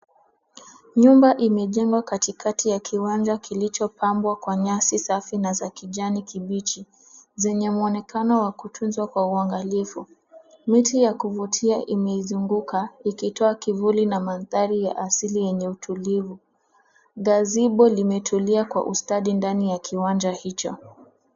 Nyumba imejengwa katikati ya kiwanja kilichopambwa kwa nyasi safi na za kijani kibichi, zenye muonekano wa kutunzwa kwa uangalifu. Miti ya kuvutia imeizunguka ikitoa kivuli na mandhari ya asili enye utulivu. Gazeebo limetulia kwenye ustadhi ndani ya kiwanja hicho.